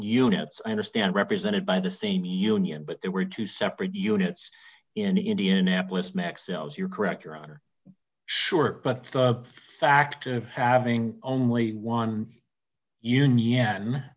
units i understand represented by the same union but there were two separate units in indianapolis mexico's you're correct your honor sure but the fact of having only one union